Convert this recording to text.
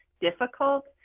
difficult